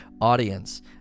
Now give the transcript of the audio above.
audience